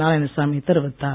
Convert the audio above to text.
நாராயணசாமி தெரிவித்தார்